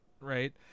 right